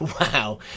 Wow